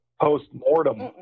post-mortem